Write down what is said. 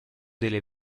delle